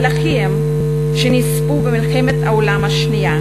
על אחיהם שנספו במלחמת העולם השנייה,